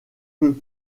peut